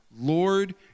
Lord